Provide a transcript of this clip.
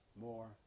more